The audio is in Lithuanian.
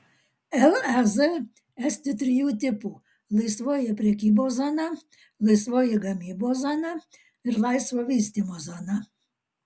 lez esti trijų tipų laisvoji prekybos zona laisvoji gamybos zona ir laisvo vystymo zona